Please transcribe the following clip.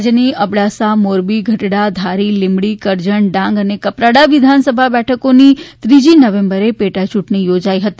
રાજ્યની અબડાસામોરબી ગઢડા ધારી લીંબડી કરજણ ડાંગ અને કપરાડા વિધાનસભા બેઠકોની ત્રીજી નવેમ્બરે યૂંટણી યોજાઇ હતી